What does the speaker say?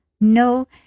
no